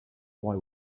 boy